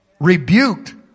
rebuked